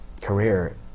career